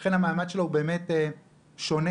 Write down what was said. לכן המעמד של בתי הכנסת שונה,